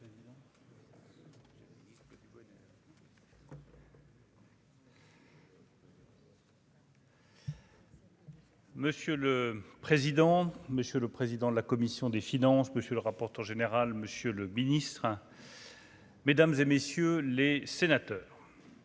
Monsieur le président, monsieur le président de la commission des finances, monsieur le rapporteur général, monsieur le Ministre. Mesdames et messieurs les sénateurs.